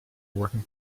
working